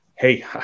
Hey